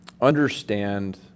understand